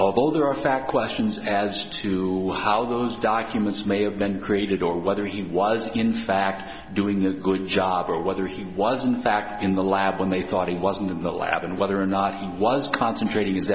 although there are fact questions as to how those documents may have been created or whether he was in fact doing the good job or whether he wasn't in fact in the lab when they thought he wasn't in the lab and whether or not he was concentrating